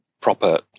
proper